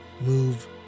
move